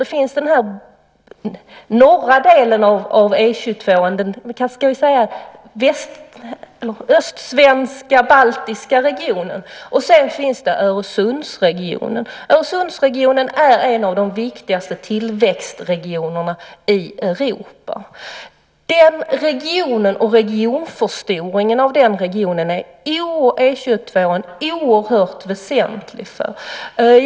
Det finns den norra delen av E 22, den östsvensk-baltiska regionen. Sedan finns där Öresundsregionen. Öresundsregionen är en av de viktigaste tillväxtregionerna i Europa. Förstoringen av den regionen är oerhört väsentlig för E 22.